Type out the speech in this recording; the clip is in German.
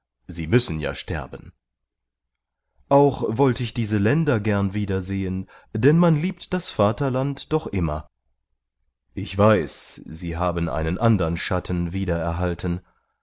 sie müssen ja sterben auch wollte ich diese länder gern wiedersehen denn man liebt das vaterland doch immer ich weiß sie haben einen andern schatten wieder erhalten